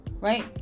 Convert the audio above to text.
right